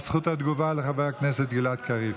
זכות התגובה לחבר הכנסת גלעד קריב.